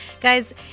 Guys